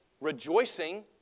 rejoicing